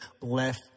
left